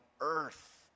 earth